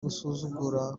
gusuzugura